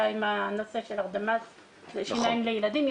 עם הנושא של הרדמה לצורך טיפול שיניים בילדים.